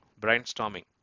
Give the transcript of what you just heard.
brainstorming